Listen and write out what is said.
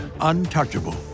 untouchable